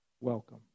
welcome